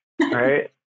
right